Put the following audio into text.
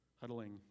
huddling